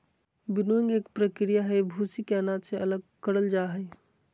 winnowing एक प्रक्रिया हई, भूसी के अनाज से अलग करल जा हई